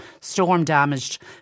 storm-damaged